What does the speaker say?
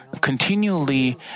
continually